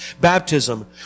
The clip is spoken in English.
baptism